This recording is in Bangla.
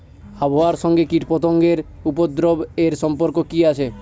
আবহাওয়ার সঙ্গে কীটপতঙ্গের উপদ্রব এর সম্পর্ক কি আছে?